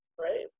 Right